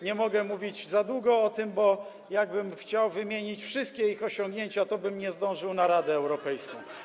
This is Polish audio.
Nie mogę mówić o tym za długo, bo jakbym chciał wymienić wszystkie ich osiągnięcia, tobym nie zdążył na Radę Europejską.